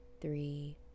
three